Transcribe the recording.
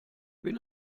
bin